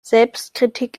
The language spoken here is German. selbstkritik